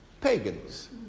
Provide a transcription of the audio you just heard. pagans